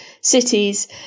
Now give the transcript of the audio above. cities